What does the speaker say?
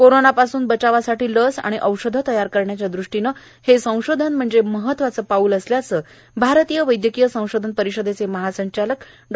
कोरोनापासून बचावासाठी लस आणि औषधं तयार करण्याच्या ृष्टीनं हे संशोधन म्हणजे महत्वाचं पाऊल असल्याचं भारतीय वैदयकीय संशोधन परिषदेचे महासंचालक डॉ